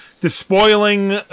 despoiling